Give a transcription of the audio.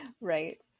right